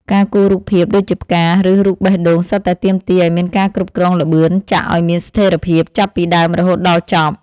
ការគូររូបភាពដូចជាផ្កា ឬរូបបេះដូងសុទ្ធតែទាមទារឱ្យមានការគ្រប់គ្រងល្បឿនចាក់ឱ្យមានស្ថេរភាពចាប់ពីដើមរហូតដល់ចប់។